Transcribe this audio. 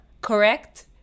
correct